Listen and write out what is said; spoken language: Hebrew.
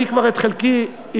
אני את חלקי כבר,